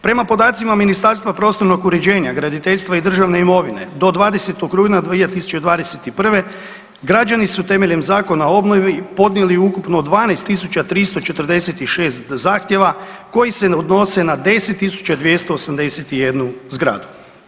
Prema podacima Ministarstva prostornog uređenja, graditeljstva i državne imovine do 20. rujna 2021. građani su temeljem Zakon o obnovi podnijeli ukupno 12 346 zahtjeva koji se odnose na 10 281 zgradu.